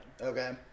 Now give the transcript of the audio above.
Okay